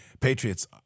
Patriots